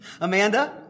Amanda